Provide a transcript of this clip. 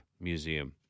Museum